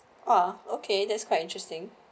ah okay that's quite interesting